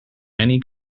many